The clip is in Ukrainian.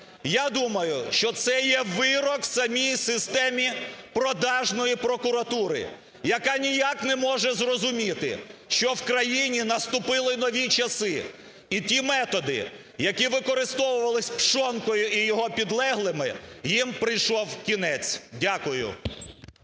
Я думаю, що це є вирок самій системі продажної прокуратури, яка ніяк не може зрозуміти, що в країні наступили нові часи, і ті методи, які використовувались Пшонкою і його підлеглими, їм прийшов кінець. Дякую.